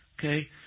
Okay